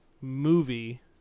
movie